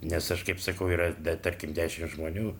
nes aš kaip sakau yra dar tarkim dešimt žmonių